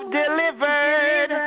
delivered